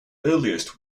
earliest